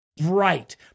bright